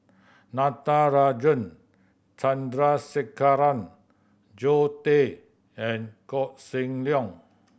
Natarajan Chandrasekaran Zoe Tay and Koh Seng Leong